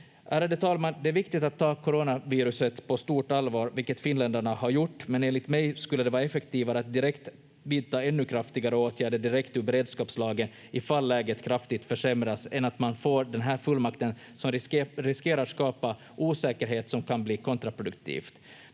Ärade talman! Det är viktigt att ta coronaviruset på stort allvar, vilket finländarna har gjort, men enligt mig skulle det vara effektivare att direkt vidta ännu kraftigare åtgärder direkt ur beredskapslagen, ifall läget kraftigt försämras, än att man får den här fullmakten som riskerar skapa osäkerhet och som kan bli kontraproduktivt.